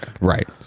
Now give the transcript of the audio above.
Right